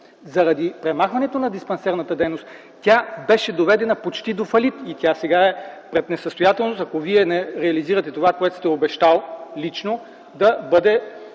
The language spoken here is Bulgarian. Заради премахването на диспансерната дейност тя беше доведена почти до фалит и тя сега е в несъстоятелност, ако Вие не реализирате това, което сте обещали лично – да бъде